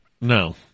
No